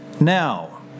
now